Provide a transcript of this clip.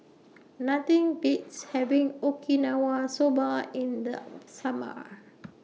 Nothing Beats having Okinawa Soba in The Summer